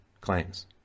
claims